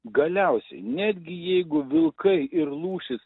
galiausiai netgi jeigu vilkai ir lūšys